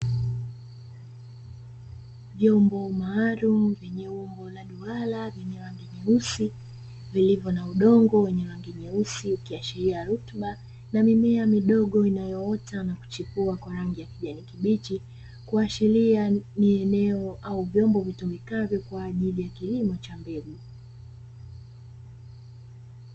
Vyombo maalumu vyenye umbo la duara vyenye rangi nyeusi vilivyo na udongo wenye rangi nyeusi kuashiria rutuba na mimea midogo inayoota na kuchipua kwa rangi ya kijani kibichi, kuashiria ni eneo au vyombo vitumikavyo kwa ajili ya kilimo cha mbegu.